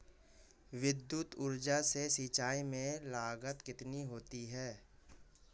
विद्युत ऊर्जा से सिंचाई में लागत कितनी होती है?